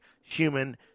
human